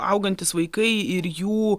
augantys vaikai ir jų